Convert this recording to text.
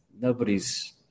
nobody's